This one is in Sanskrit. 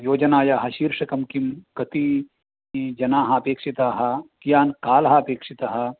योजनायाः शीर्षकं किं कति जनाः अपेक्षिताः कियान् कालः अपेक्षितः